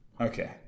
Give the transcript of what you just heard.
Okay